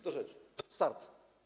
Do rzeczy, start.